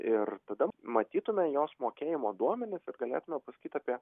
ir tada matytume jos mokėjimo duomenis ir galėtume pasakyt apie